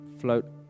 Float